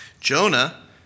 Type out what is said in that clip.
Jonah